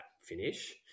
finish